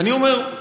אני אומר: